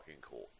cool